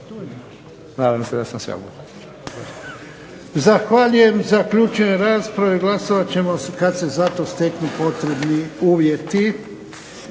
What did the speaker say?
Zahvaljujem. Zaključujem raspravu. I glasovat ćemo kad se za to steknu potrebni uvjeti.